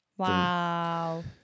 Wow